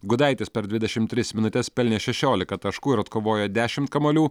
gudaitis per dvidešim tris minutes pelnė šešiolika taškų ir atkovojo dešimt kamuolių